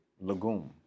legume